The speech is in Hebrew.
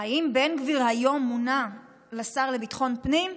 האם בן גביר היום מונה לשר לביטחון פנים?